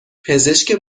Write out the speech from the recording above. پزشک